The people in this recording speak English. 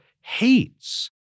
hates